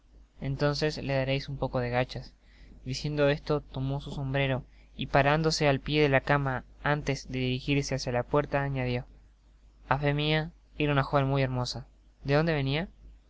entonces le dareis un poco de gachas diciendo esto tomó su sombrero y parándose al pié de la cama antes de dirijirse hacia la puerta añadió a fé mia era una joven muy hermosa de donde venia